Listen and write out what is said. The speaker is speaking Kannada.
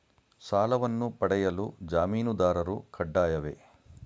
ಸಾಲವನ್ನು ಪಡೆಯಲು ಜಾಮೀನುದಾರರು ಕಡ್ಡಾಯವೇ?